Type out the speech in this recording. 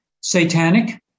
Satanic